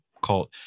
called